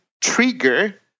trigger